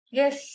yes